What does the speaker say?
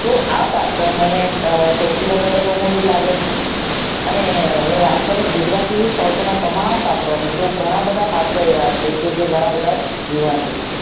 તો આ પાત્ર મને સૌથી વધારે રમૂજી લાગે છે અને હું વાત કરીશ ગુજરાતી સાહિત્યના તમામ પાત્રોની તો ઘણા બધા પાત્રો એવા છે કે જે ઘણા બધા જીવંત છે